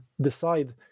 decide